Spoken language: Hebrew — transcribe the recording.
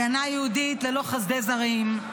הגנה יהודית ללא חסדי זרים,